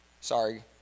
sorry